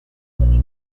bolivia